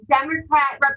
Democrat